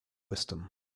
wisdom